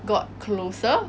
got closer